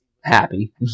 happy